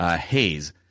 haze